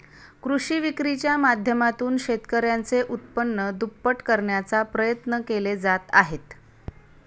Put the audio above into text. कृषी विक्रीच्या माध्यमातून शेतकऱ्यांचे उत्पन्न दुप्पट करण्याचा प्रयत्न केले जात आहेत